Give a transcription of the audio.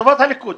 -- וטובת הליכוד.